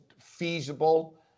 feasible